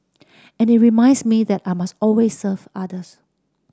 and it reminds me that I must always serve others